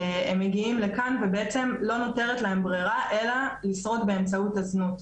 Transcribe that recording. הם מגיעים לכאן ולא נותרת להם ברירה אלא לשרוד באמצעות הזנות.